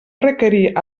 requerir